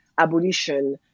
abolition